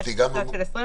יש כיתות של 25,